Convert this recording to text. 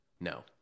No